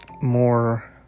more